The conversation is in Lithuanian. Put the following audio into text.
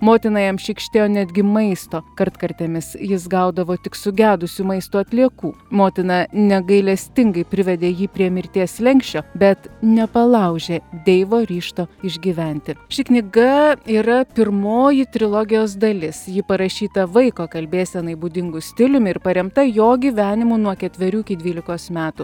motina jam šykštėjo netgi maisto kartkartėmis jis gaudavo tik sugedusių maisto atliekų motina negailestingai privedė jį prie mirties slenksčio bet nepalaužė deivo ryžto išgyventi ši knyga yra pirmoji trilogijos dalis ji parašyta vaiko kalbėsenai būdingu stiliumi ir paremta jo gyvenimu nuo ketverių iki dvylikos metų